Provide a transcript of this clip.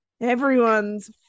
everyone's